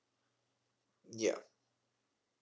ya